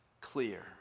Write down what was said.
clear